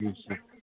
اَچھا